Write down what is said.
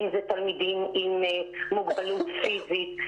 אם אלו תלמידים עם מוגבלות פיזית,